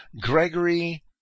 Gregory